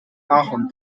ahorn